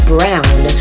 Brown